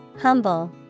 Humble